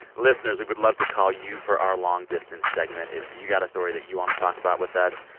listeners, we would love to call you for our long distance segment. if you got a story that you want to talk about with us,